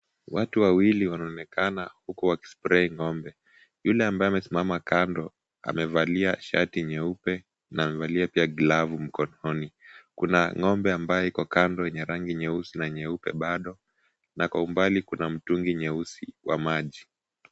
Watu wawili wanaoonekana wakispray ng'ombe. Yule ambaye amesimama kando amevalia shati nyeupe na amevalia pia glavu mkononi. Kuna ng'ombe ambaye iko kando rangi nyeupe na nyeusi kando na kwa umbali kuna mtungi nyeusi wa maji.